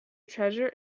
treasure